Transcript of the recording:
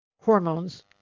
hormones